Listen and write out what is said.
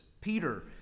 Peter